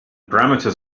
parameters